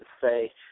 say